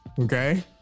Okay